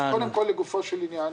קודם כל לגופו של עניין.